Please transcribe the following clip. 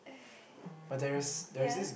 yeah